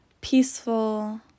peaceful